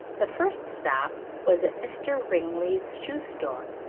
the first stop was at mr. ringley's shoe store,